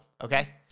okay